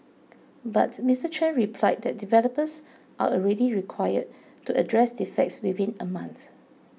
but Mister Chen replied that developers are already required to address defects within a month